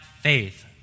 faith